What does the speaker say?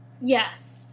Yes